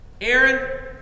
Aaron